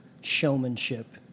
showmanship